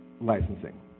licensing